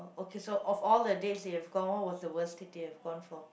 okay so of all the dates you have gone what was the worst date you have gone for